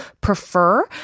prefer